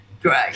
great